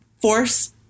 force